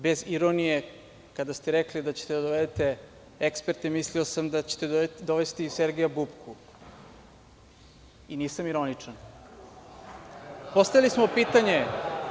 Bez ironije, kada ste rekli da ćete da dovedete eksperte, mislio sam da ćete dovesti Sergeja Bupku i nisam ironičan.